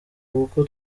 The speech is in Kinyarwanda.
kuko